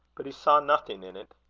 but he saw nothing in it.